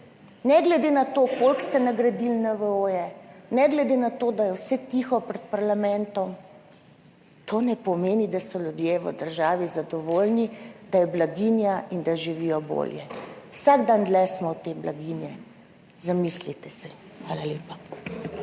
Ne glede na to, koliko ste nagradili NVO-je, ne glede na to, da je vse tiho pred parlamentom, to ne pomeni, da so ljudje v državi zadovoljni, da je blaginja in da živijo bolje. Vsak dan dlje smo od te blaginje. Zamislite se. Hvala lepa.